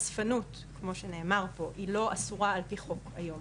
חשפנות כמו שנאמר פה היא לא אסורה על פי חוק היום